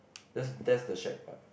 that's that's the shag part